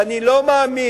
ואני לא מאמין